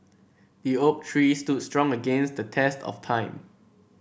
the oak tree stood strong against the test of time